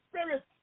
Spirit